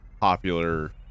popular